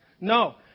No